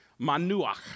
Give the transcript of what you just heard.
manuach